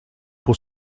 pour